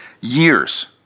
years